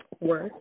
work